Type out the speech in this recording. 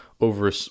over